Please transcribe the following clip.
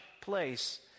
place